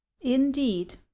Indeed